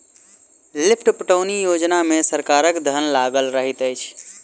lift पटौनी योजना मे सरकारक धन लागल रहैत छै